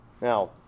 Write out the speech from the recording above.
Now